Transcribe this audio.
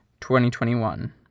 2021